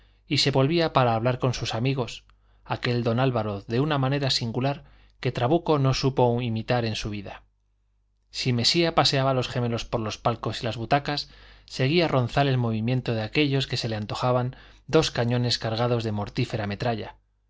y se volvía para hablar con sus amigos aquel don álvaro de una manera singular que trabuco no supo imitar en su vida si mesía paseaba los gemelos por los palcos y las butacas seguía ronzal el movimiento de aquellos que se le antojaban dos cañones cargados de mortífera metralla